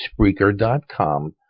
Spreaker.com